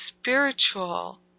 spiritual